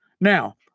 Now